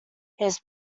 his